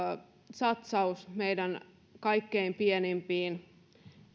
satsaus meidän kaikkein pienimpiin